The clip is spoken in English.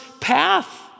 path